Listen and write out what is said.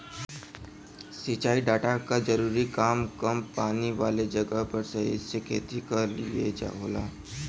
सिंचाई डाटा क जरूरी काम कम पानी वाले जगह पर सही से खेती क लिए होला